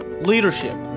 leadership